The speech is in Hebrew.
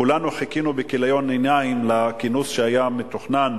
כולנו חיכינו בכיליון עיניים לכינוס שהיה מתוכנן,